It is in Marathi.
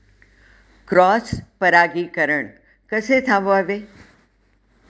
क्रॉस परागीकरण कसे थांबवावे?